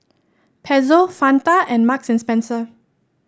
Pezzo Fanta and Marks and Spencer